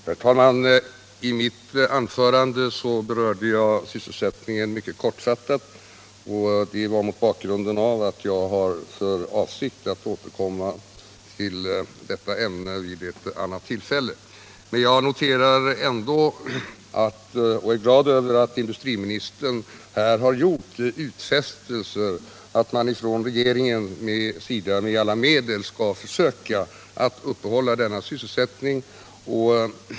Herr talman! I mitt anförande berörde jag sysselsättningen mycket kortfattat mot bakgrund av att jag har för avsikt att återkomma till detta ämne vid ett annat tillfälle. Jag noterar ändå och är glad över att in dustriministern här har gjort utfästelser om att regeringen med alla tillgängliga medel skall söka uppehålla sysselsättningen.